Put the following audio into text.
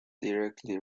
directly